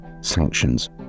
sanctions